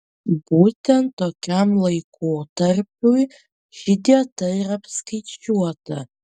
būtent tokiam laikotarpiui ši dieta ir apskaičiuota